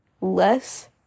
Less